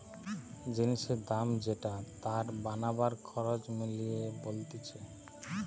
জিনিসের দাম যেটা তার বানাবার খরচ মিলিয়ে বলতিছে